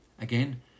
Again